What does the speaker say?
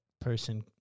person